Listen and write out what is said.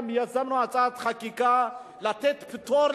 גם יזמנו הצעת חקיקה לתת פטור,